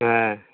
হ্যাঁ